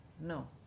No